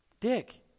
Dick